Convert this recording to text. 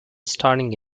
starting